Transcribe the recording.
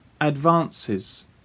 advances